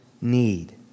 need